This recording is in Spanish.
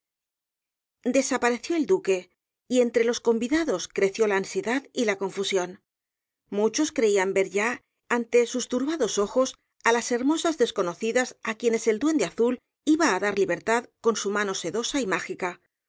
desapareció el duque y entre los convidados creció la ansiedad y la confusión muchos creían ver ya ante sus turbados ojos á las hermosas desconocidas á quienes el duende azul iba á dar libertad con su mano sedosa y mágica